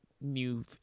new